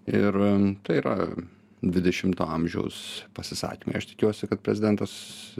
ir tai yra dvidešimto amžiaus pasisakymai aš tikiuosi kad prezidentas